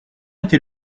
était